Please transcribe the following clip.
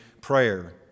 prayer